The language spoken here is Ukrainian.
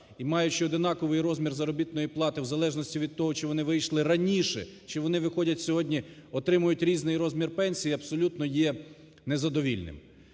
і маючи одинаковий розмір заробітної плати в залежності від того, чи вони вийшли раніше, чи вони виходять сьогодні, отримують різний розмір пенсій абсолютно є незадовільним.